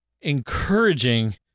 encouraging